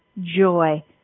Joy